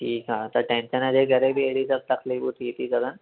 ठीकु आहे त टेंशन जे करे बि अहिड़ी सभु तकलीफूं थी ती सघनि